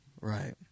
Right